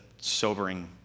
sobering